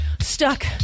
stuck